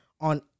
on